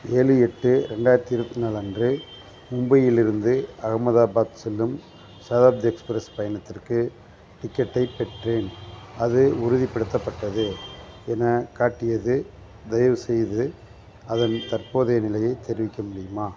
ஏழு எட்டு ரெண்டாயிரத்தி இருபத்தி நாலு அன்று மும்பையிலிருந்து அகமதாபாத் செல்லும் சதாப்தி எக்ஸ்ப்ரஸ் பயணத்திற்கு டிக்கெட்டைப் பெற்றேன் அது உறுதிப்படுத்தப்பட்டது என காட்டியது தயவு செய்து அதன் தற்போதைய நிலையை தெரிவிக்க முடியுமா